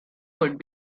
could